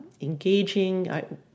engaging